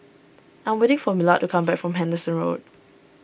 I am waiting for Millard to come back from Henderson Road